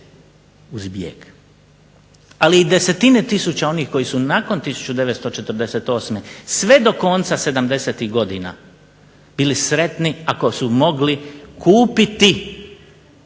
uz bijeg, ali i desetine tisuća onih koji su nakon 1948. sve do konca '70.-tih godina bili sretni ako su mogli kupiti